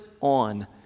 on